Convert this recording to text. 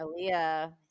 Aaliyah